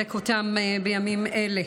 לחזק אותם בימים אלה.